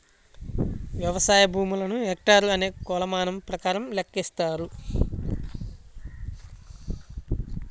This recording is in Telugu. వ్యవసాయ భూములను హెక్టార్లు అనే కొలమానం ప్రకారం లెక్కిస్తారు